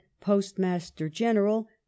postmaster-general